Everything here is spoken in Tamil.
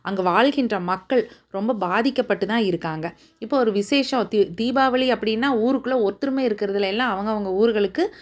அங்கே வாழ்கின்ற மக்கள் ரொம்ப பாதிக்கப்பட்டு தான் இருக்காங்க இப்போ ஒரு விசேஷம் தீபாவளி அப்படின்னா ஊருக்குள்ளே ஒருத்தரும் இருக்கிறதில்ல எல்லாம் அவங்கவுங்க ஊர்களுக்கு